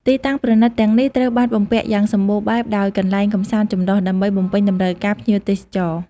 ទីតាំងប្រណីតទាំងនេះត្រូវបានបំពាក់យ៉ាងសម្បូរបែបដោយ កន្លែងកម្សាន្តចម្រុះ ដើម្បីបំពេញតម្រូវការភ្ញៀវទេសចរ។